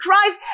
Christ